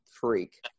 freak